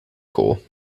cool